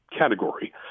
category